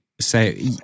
Say